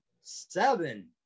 seven